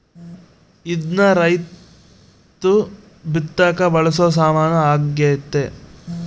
ಇದ್ನ ರೈರ್ತು ಬಿತ್ತಕ ಬಳಸೊ ಸಾಮಾನು ಆಗ್ಯತೆ